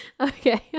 okay